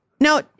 Now